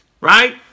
Right